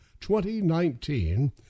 2019